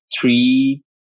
three